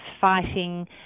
fighting